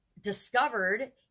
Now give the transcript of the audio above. discovered